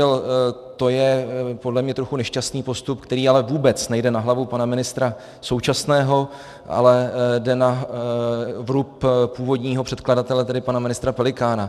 Bohužel to je podle mě trochu nešťastný postup, který ale vůbec nejde na hlavu pana ministra současného, ale jde na vrub původního předkladatele, tedy pana ministra Pelikána.